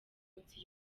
munsi